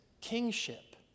kingship